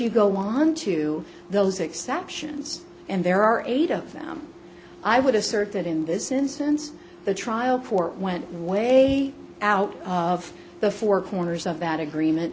you go on to those exceptions and there are eight of them i would assert that in this instance the trial for went way out of the four corners of that agreement